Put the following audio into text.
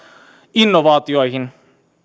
innovaatioihin